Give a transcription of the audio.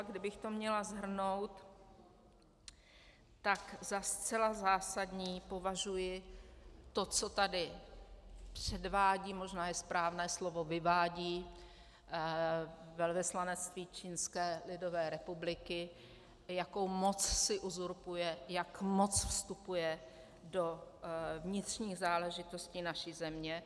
Kdybych to měla shrnout, tak za zcela zásadní považuji to, co tady předvádí, možná je správné slovo vyvádí, velvyslanectví Čínské lidové republiky, jakou moc si uzurpuje, jak moc vstupuje do vnitřních záležitostí naší země.